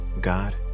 God